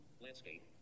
Landscape